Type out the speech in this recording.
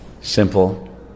simple